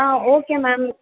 ah okay ma'am